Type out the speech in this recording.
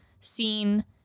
seen